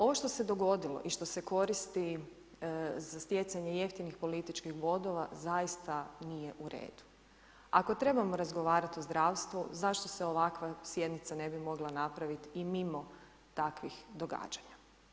Ovo što se dogodilo i što se koristi za stjecanje jeftinih političkih bodova zaista nije u redu, ako trebamo razgovarati o zdravstvu zašto se ovakva sjednica ne bi mogla napravit i mimo takvih događanja.